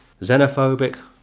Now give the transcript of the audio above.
Xenophobic